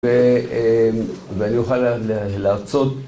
‫ואני אוכל להרצות...